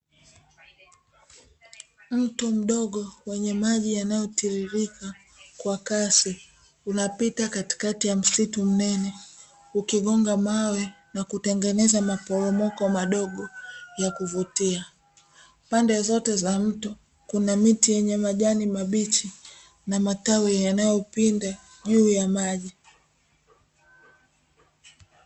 Mto mdogo wenye maji yanayotiririka kwa kasi unapita katikati ya msitu mnene ukigonga mawe na kutengeneza maporomoko madogo ya kuvutia. Pande zote za mto kuna miti yenye majani mabichi na matawi yanayopinda juu ya maji.